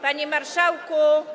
Panie Marszałku!